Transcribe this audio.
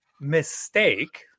mistake